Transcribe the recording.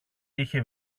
είχε